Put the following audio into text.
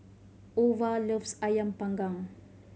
Ova loves Ayam Panggang